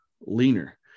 leaner